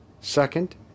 Second